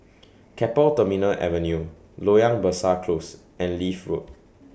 Keppel Terminal Avenue Loyang Besar Close and Leith Road